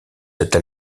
cette